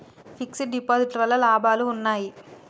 Fix డ్ deposit వల్ల లాభాలు ఉన్నాయి?